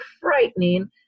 frightening